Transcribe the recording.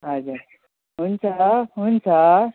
हजुर हुन्छ हुन्छ